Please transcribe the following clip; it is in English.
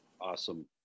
Awesome